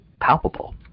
palpable